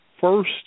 first